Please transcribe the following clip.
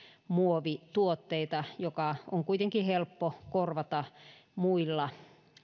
muovituotteita joka on kuitenkin helppo korvata muilla